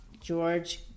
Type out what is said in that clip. George